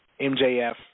MJF